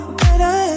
better